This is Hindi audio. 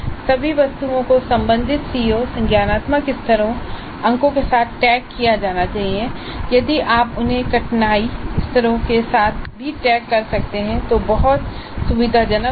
सभी वस्तुओं को संबंधित सीओ संज्ञानात्मक स्तरों अंकों के साथ टैग किया जाना चाहिए और यदि आप उन्हें कठिनाई स्तरों के साथ भी टैग कर सकते हैं तो यह बहुत सुविधाजनक होगा